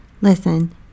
listen